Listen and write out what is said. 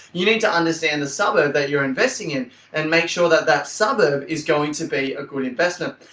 you need to understand the suburb that you're investing in and make sure that that suburb is going to be a good investment.